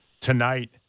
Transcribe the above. tonight